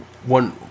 One